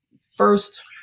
first